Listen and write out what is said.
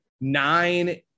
nine